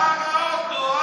העיקר האוטו,